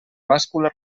bàscula